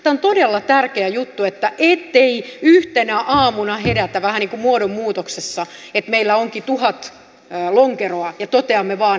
tämä on todella tärkeä juttu ettei yhtenä aamuna herätä vähän niin kuin muodonmuutoksessa että meillä onkin tuhat lonkeroa ja toteamme vain että pitkäksi meni